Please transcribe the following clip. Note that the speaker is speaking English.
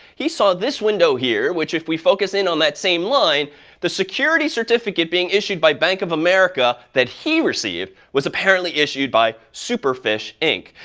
he saw this window here, which if we focus in on that same line the security certificate being issued by bank of america that he received was apparently issued by superfish, inc.